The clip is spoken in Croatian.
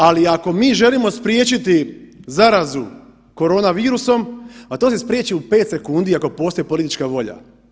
Ali, ako mi želimo spriječiti zarazu koronavirusom, pa to se spriječi u 5 sekundi ako postoji politička volja.